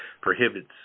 prohibits